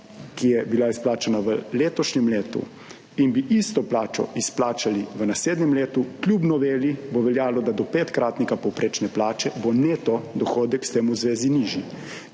ki je bila izplačana v letošnjem letu in bi isto plačo izplačali v naslednjem letu, kljub noveli bo veljalo, da do petkratnika povprečne plače bo neto dohodek s tem v zvezi nižji,